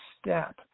step